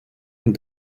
and